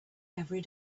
every